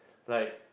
like